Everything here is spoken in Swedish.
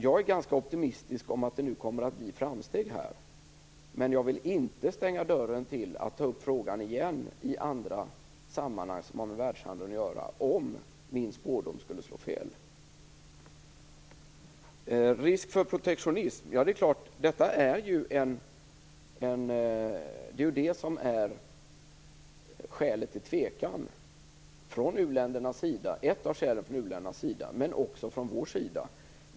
Jag är ganska optimistisk om att det nu kommer att göras framsteg på det här området, men jag vill inte stänga dörren för att ta upp frågan igen i andra sammanhang som har med världshandeln att göra, om min spådom skulle slå fel. Risken för protektionism är ju ett av skälen till tvekan från u-ländernas sida, men också från vår sida.